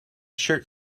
shirt